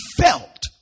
felt